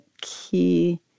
key